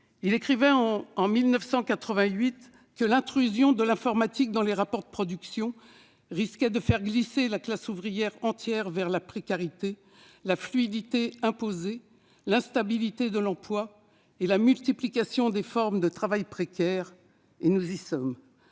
écrivait en 1988 que l'intrusion de l'informatique dans les rapports de production risquait de « faire glisser la classe ouvrière entière vers la précarité, la fluidité imposée, l'instabilité de l'emploi et la multiplication des formes de travail précaire ». Nous y sommes.